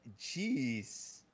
Jeez